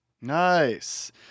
Nice